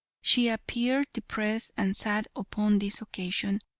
she appeared depressed and sad upon this occasion,